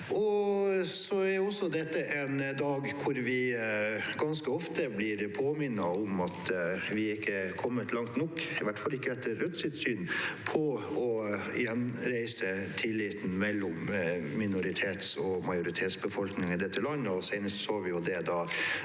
Det er også en dag da vi ganske ofte blir påminnet om at vi ikke er kommet langt nok, i hvert fall ikke etter Rødts syn, i å gjenreise tilliten mellom minoritets- og majoritetsbefolkningen i dette landet. Senest så vi det da